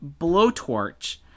blowtorch